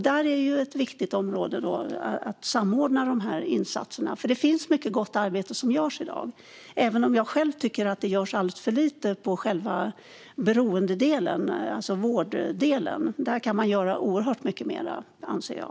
Det är ett viktigt område att samordna de här insatserna, för det är mycket gott arbete som görs i dag, även om jag själv tycker att det görs alldeles för lite på själva beroendedelen, alltså vårddelen. Där kan man göra oerhört mycket mer, anser jag.